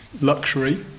luxury